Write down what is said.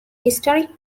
historic